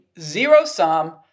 zero-sum